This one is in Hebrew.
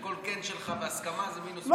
על כל כן שלך והסכמה, זה מינוס קולות.